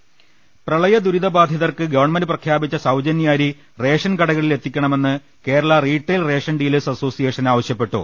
ള്ളിരി പ്രളയദുരിതബാധിതർക്ക് ഗവൺമെന്റ് പ്രഖ്യാപിച്ച സൌജന്യ അരി റേഷൻ കടകളിൽ എത്തിക്കണമെന്ന് Kerala retail ration dealers association ആവശ്യപ്പെട്ടു